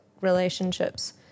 relationships –